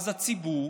אז הציבור,